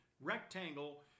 rectangle